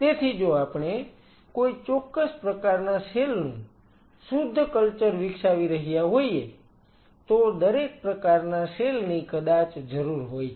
તેથી જો આપણે કોઈ ચોક્કસ પ્રકારના સેલ નું શુદ્ધ કલ્ચર વિકસાવી રહ્યા હોઈએ તો દરેક પ્રકારના સેલ ની કદાચ જરૂર હોય છે